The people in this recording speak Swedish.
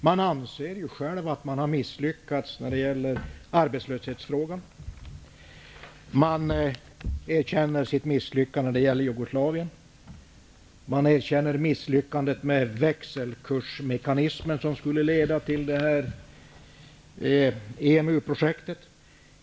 De anser själva att de har misslyckats när det gäller arbetslösheten, Jugoslavien och växelkursmekanismen som skulle leda till EMU-projektet.